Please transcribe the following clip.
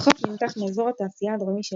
החוף נמתח מאזור התעשייה הדרומי של